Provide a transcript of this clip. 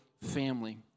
family